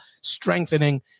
strengthening